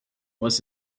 was